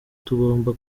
tugomba